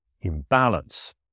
imbalance